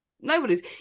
Nobody's